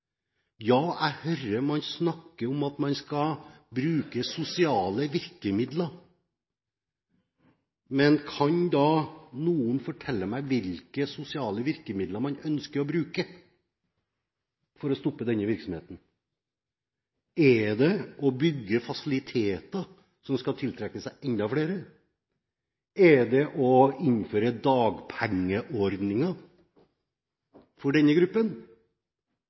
Ja, jeg hører man snakker om at man skal bruke sosiale virkemidler. Men kan noen fortelle meg hvilke sosiale virkemidler man ønsker å bruke for å stoppe denne virksomheten? Er det å bygge fasiliteter som skal tiltrekke seg enda flere? Er det å innføre dagpengeordninger for denne gruppen,